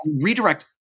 Redirect